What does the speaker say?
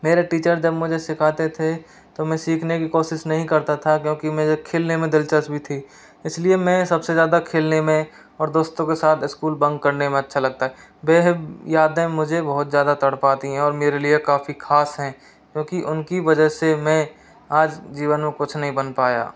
मेरे टीचर जब मुझे सिखाते थे तो मैं सीखने की कोशिश नहीं करता था क्योंकि मुझे खेलने में दिलचस्पी थी इसलिए मैं सबसे ज़्यादा खेलने में और दोस्तो के साथ स्कूल बंक में अच्छा लगता है वे यादें मुझे बहुत ज़्यादा तड़पाती हैं और मेरे लिए काफ़ी खास हैं क्योंकि उनकी वजह से मैं आज जीवन में कुछ नहीं बन पाया